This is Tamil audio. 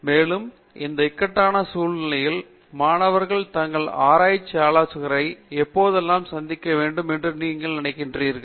மேலும் இந்த இக்கட்டான சூழ்நிலையில் மாணவர்கள் தங்கள் ஆராய்ச்சி ஆலோசகரை எப்போதெல்லாம் சந்திக்க வேண்டும் என நீங்கள் நினைக்கிறீர்கள்